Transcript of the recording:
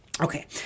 Okay